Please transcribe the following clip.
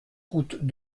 route